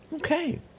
Okay